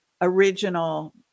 original